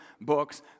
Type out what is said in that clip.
books